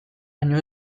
baino